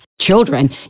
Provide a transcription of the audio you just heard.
children